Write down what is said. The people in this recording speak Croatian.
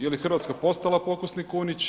Je li Hrvatska postala pokusni kunić?